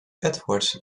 edwards